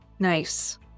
Nice